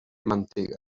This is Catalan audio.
mantega